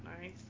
nice